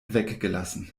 weggelassen